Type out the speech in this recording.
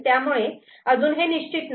त्यामुळे अजून हे निश्चित नाही